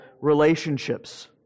relationships